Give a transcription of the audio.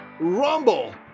Rumble